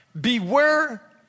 Beware